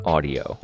Audio